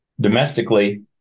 domestically